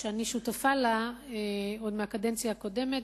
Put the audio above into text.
שאני שותפה לה עוד מהקדנציה הקודמת,